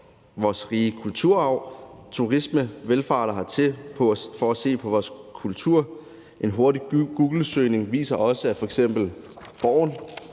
vores rige kulturarv, turister valfarter hertil for at se på vores kultur. En hurtig googlesøgning viser det også, f.eks. i